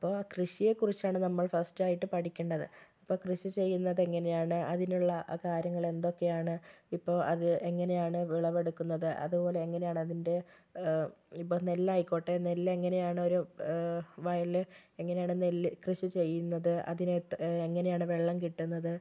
അപ്പോൾ കൃഷിയെ കുറിച്ചാണ് നമ്മൾ ഫസ്റ്റായിട്ട് പഠിക്കേണ്ടത് ഇപ്പോൾ കൃഷി ചെയ്യേണ്ടത് എങ്ങനെയാണ് അതിനുള്ള കാര്യങ്ങളെന്തൊക്കെയാണ് ഇപ്പോൾ അത് എങ്ങനെയാണ് വിളവെടുക്കുന്നത് അത്പോലെ എങ്ങനെയാണ് അതിൻ്റെ ഇപ്പോൾ നെല്ലായിക്കോട്ടെ നെല്ലെങ്ങനെയാണൊരു വയലിൽ എങ്ങനെയാണ് നെല്ല് കൃഷി ചെയ്യുന്നത് അതിന് എങ്ങനെയാണ് വെള്ളം കിട്ടുന്നത്